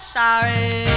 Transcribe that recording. sorry